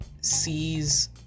sees